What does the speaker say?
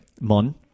Mon